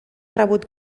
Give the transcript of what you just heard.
rebut